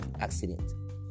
accident